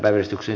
asia